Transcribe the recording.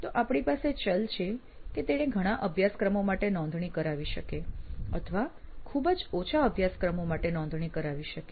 તો આપણી પાસે ચલ છે કે તે ઘણા અભ્યાસક્રમો માટે નોંધણી કરાવી શકે અથવા ખૂબ જ ઓછા અભ્યાસક્રમો માટે નોંધણી કરાવી શકે